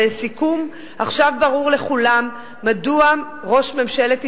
ולסיכום, עכשיו ברור לכולם מדוע ראש ממשלת ישראל,